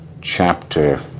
chapter